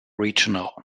regional